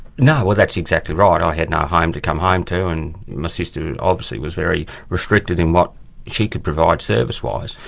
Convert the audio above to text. no, well that's exactly right. i had no home to come home to and my sister obviously was very restricted in what she could provide servicewise,